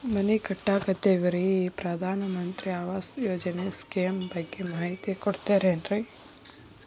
ಮನಿ ಕಟ್ಟಕತೇವಿ ರಿ ಈ ಪ್ರಧಾನ ಮಂತ್ರಿ ಆವಾಸ್ ಯೋಜನೆ ಸ್ಕೇಮ್ ಬಗ್ಗೆ ಮಾಹಿತಿ ಕೊಡ್ತೇರೆನ್ರಿ?